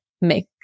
make